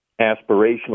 aspirational